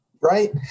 right